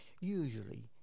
usually